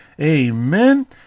Amen